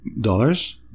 dollars